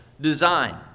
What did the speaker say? design